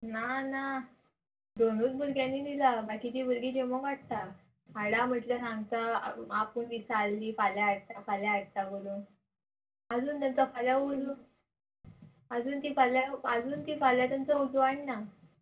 ना ना दोनूच भुरग्यांनी दिलां बाकीचीं भुरगीं जेमो हाडटा हाडा म्हटल्यार सांगता आपूण विसाली फाल्यां हाडटा फाल्यां हाडटा कोरून आजून तेंचो फाल्यां उरूं आजून तीं फाल्यां आजून तीं फाल्यां तेंचो उजवाड ना